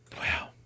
Wow